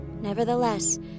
Nevertheless